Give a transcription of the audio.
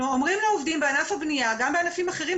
אומרים לעובדים בענף הבנייה גם בענפים אחרים,